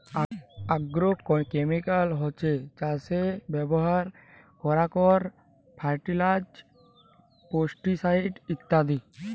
agrochemical হছ্যে চাসে ব্যবহার করারক ফার্টিলাইজার, পেস্টিসাইড ইত্যাদি